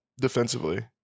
defensively